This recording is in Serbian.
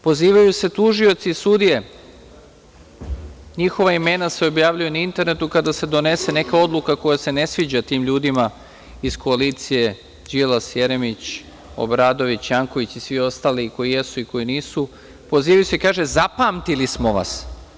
Pozivaju se tužioci i sudije, njihova imena se objavljuju na internetu kada se donese neka odluka koja se ne sviđa tim ljudima iz koalicije Đilas, Jeremić, Obradović, Janković i svi ostali koji jesu i koji nisu, pozivaju se i kažu - zapamtili smo vas.